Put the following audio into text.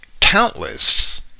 countless